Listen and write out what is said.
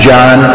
John